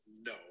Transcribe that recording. no